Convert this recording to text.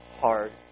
hard